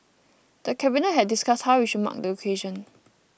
the Cabinet had discussed how we should mark the occasion